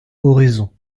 oraison